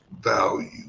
value